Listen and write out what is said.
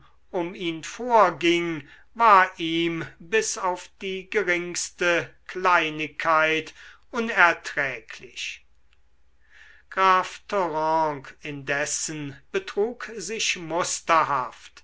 um ihn vorging war ihm bis auf die geringste kleinigkeit unerträglich graf thoranc indessen betrug sich